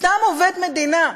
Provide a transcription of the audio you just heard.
סתם עובד מדינה,